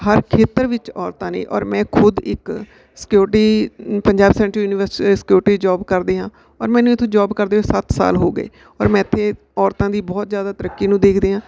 ਹਰ ਖੇਤਰ ਵਿੱਚ ਔਰਤਾਂ ਨੇ ਔਰ ਮੈਂ ਖੁਦ ਇੱਕ security Punjab centre university security ਦੀ ਜੋਬ ਕਰਦੀ ਹਾਂ ਔਰ ਮੈਨੂੰ ਇੱਥੇ ਜੋਬ ਕਰਦੇ ਸੱਤ ਸਾਲ ਹੋ ਗਏ ਔਰ ਮੈਂ ਇੱਥੇ ਔਰਤਾਂ ਦੀ ਬਹੁਤ ਜ਼ਿਆਦਾ ਤਰੱਕੀ ਨੂੰ ਦੇਖਦੀ ਹਾਂ